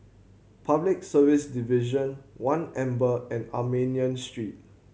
Public Service Division One Amber and Armenian Street